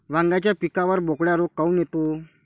वांग्याच्या पिकावर बोकड्या रोग काऊन येतो?